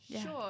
sure